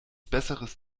besseres